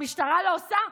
המשטרה לא עושה,